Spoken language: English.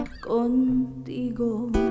contigo